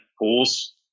pools